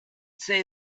say